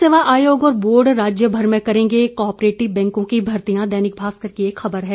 लोक सेवा आयोग और बोर्ड राज्य भर में करेंगे कोऑपरेटिव बैंकों की भर्तियां दैनिक भास्कर की खबर है